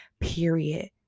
period